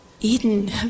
Eden